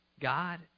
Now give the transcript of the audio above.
God